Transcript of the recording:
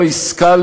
ישראל.